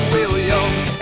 Williams